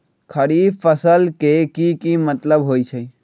खरीफ फसल के की मतलब होइ छइ?